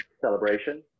celebration